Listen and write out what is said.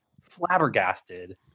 flabbergasted